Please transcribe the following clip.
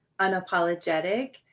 unapologetic